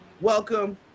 welcome